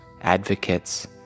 advocates